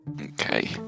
okay